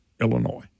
Illinois